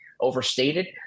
overstated